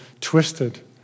twisted